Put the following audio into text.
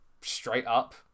straight-up